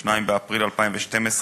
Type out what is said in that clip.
2 באפריל 2012,